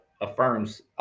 affirms